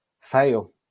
fail